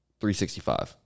365